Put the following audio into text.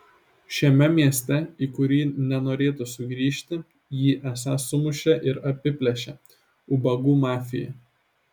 šiame mieste į kurį nenorėtų sugrįžti jį esą sumušė ir apiplėšė ubagų mafija